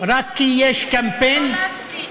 רק כי יש קמפיין, לא להסית.